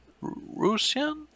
Russian